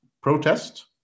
protest